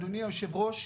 אדוני היושב-ראש,